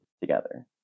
together